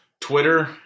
Twitter